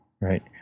Right